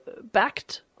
backed